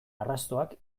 arrastoak